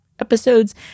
Episodes